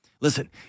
Listen